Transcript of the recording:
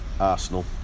Arsenal